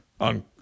on